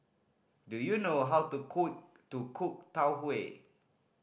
do you know how to cook to cook Tau Huay